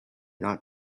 not